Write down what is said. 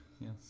Yes